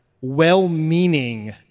well-meaning